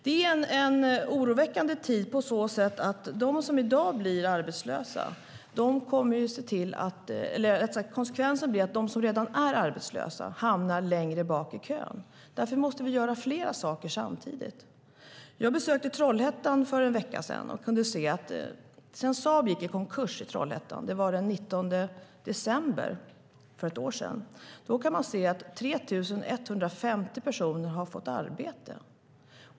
Det är en oroväckande tid på så sätt att konsekvensen blir att de som redan är arbetslösa hamnar längre bak i kön. Därför måste vi göra flera saker samtidigt. Jag besökte Trollhättan för en vecka sedan och kunde se att sedan Saab i Trollhättan gick i konkurs den 19 december för ett år sedan har 3 150 personer fått arbete.